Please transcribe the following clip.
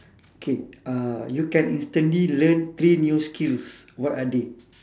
K uh you can instantly learn three new skills what are they